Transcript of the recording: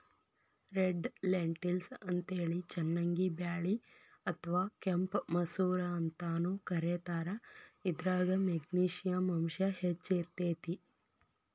red lentils ಅಂತೇಳಿ ಚನ್ನಂಗಿ ಬ್ಯಾಳಿ ಅತ್ವಾ ಕೆಂಪ್ ಮಸೂರ ಅಂತಾನೂ ಕರೇತಾರ, ಇದ್ರಾಗ ಮೆಗ್ನಿಶಿಯಂ ಅಂಶ ಹೆಚ್ಚ್ ಇರ್ತೇತಿ